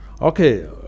Okay